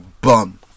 bum